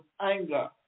anger